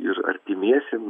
ir artimiesiem